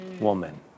woman